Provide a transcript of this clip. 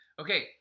Okay